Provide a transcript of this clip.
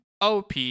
OP